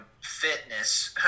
fitness